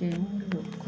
ଯେଉଁ ଲୋକ